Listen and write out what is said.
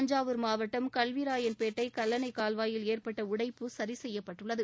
தஞ்சாவூர் மாவட்டம் கல்விராயன் பேட்டை மாவட்டத்தில் கல்லணை கால்வாயில் ஏற்பட்ட உடைப்பு சரிசெய்யப்பட்டுள்ளது